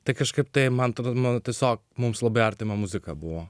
tai kažkaip tai man atrodo tiesiog mums labai artima muzika buvo